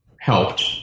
helped